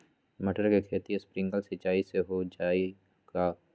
मटर के खेती स्प्रिंकलर सिंचाई से हो जाई का?